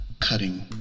cutting